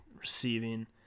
receiving